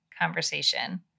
conversation